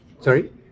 Sorry